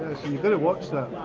you gotta watch that.